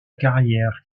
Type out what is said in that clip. carrière